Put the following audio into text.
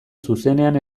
zuzenean